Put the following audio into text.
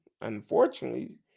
unfortunately